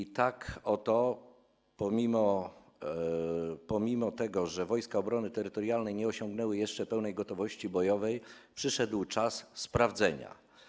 I tak oto pomimo tego, że Wojska Obrony Terytorialnej nie osiągnęły jeszcze pełnej gotowości bojowej, przyszedł czas sprawdzenia.